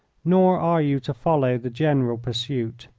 nor are you to follow the general pursuit,